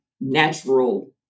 natural